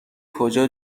کجا